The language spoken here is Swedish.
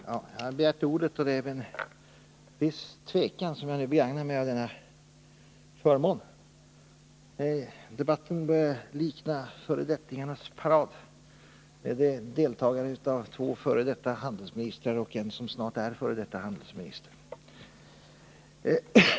Herr talman! Jag har begärt ordet, men det är med en viss tvekan som jag begagnar mig av denna förmån — debatten börjar f. ö. likna fördettingarnas parad med deltagande av två f. d. handelsminstrar och en som snart är f. d handelsminister.